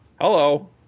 Hello